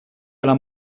alla